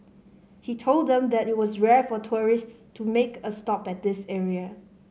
he told them that it was rare for tourists to make a stop at this area